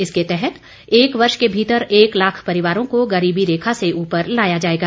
इसके तहत एक वर्ष के भीतर एक लाख परिवारों को गरीबी रेखा से उपर लाया जाएगा